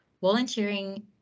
volunteering